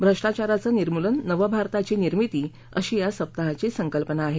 भ्रष्ट्राचाराचं निर्मूलन नवभारताची निर्मिती अशी या सप्ताहाची संकल्पना आहे